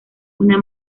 una